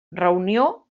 reunió